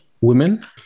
women